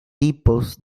tipos